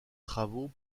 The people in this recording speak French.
travaux